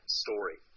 story